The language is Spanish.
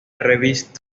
revista